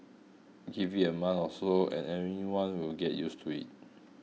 give it a month or so and anyone will get used to it